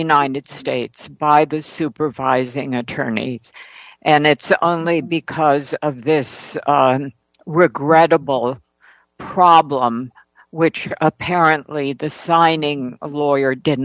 united states by the supervising attorney and it's only because of this regrettable problem which apparently this signing a lawyer did